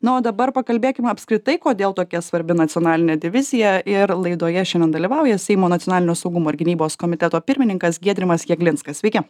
na o dabar pakalbėkim apskritai kodėl tokia svarbi nacionalinė divizija ir laidoje šiandien dalyvauja seimo nacionalinio saugumo ir gynybos komiteto pirmininkas giedrimas jeglinskas sveiki